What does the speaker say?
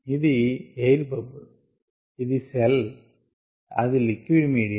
ఇది air bubble ఇది cell అది లిక్విడ్ మీడియం